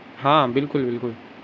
ہاں بالکل بالکل